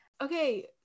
Okay